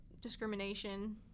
discrimination